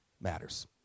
matters